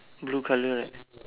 blue colour right